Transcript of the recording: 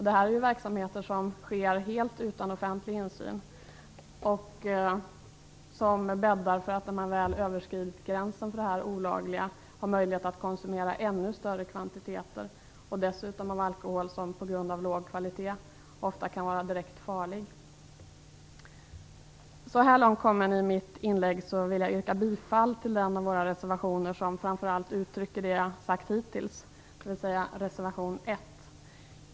Det är verksamheter som sker helt utan offentlig insyn och som bäddar för att man, när man väl överskridit gränsen för det olagliga, har möjlighet att konsumera ännu större kvantiteter, dessutom av alkohol som på grund av låg kvalitet ofta kan vara direkt farlig. Så här långt kommen i mitt inlägg vill jag yrka bifall till den av våra reservationer som framför allt uttrycker det som jag har sagt hittills, dvs. reservation 1.